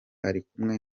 arikumwe